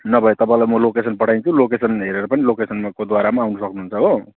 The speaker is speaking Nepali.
नभए तपाईँलाई म लोकेसन पठाइदिन्छु लोकेसन हेरेर लोकेसनको द्वारा पनि आउन सक्नु हुन्छ हो